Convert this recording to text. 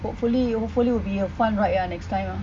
hopefully hopefully will be a fun ride ah next time ah